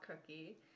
cookie